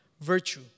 virtue